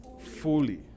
Fully